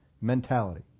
mentality